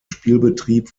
spielbetrieb